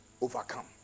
overcome